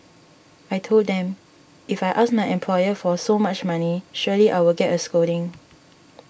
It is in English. I told them if I ask my employer for so much money surely I will get a scolding